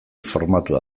formatua